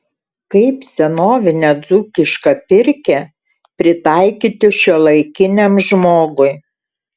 kaip senovinę dzūkišką pirkią pritaikyti šiuolaikiniam žmogui